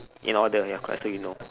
you know all the correct so you kow